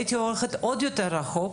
הייתי הולכת עוד יותר רחוק